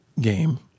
game